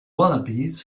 wallabies